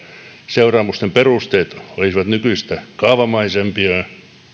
seuraamusten perusteet olisivat nykyistä kaavamaisempia ja